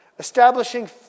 establishing